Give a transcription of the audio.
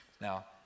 Now